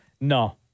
No